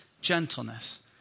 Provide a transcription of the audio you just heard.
gentleness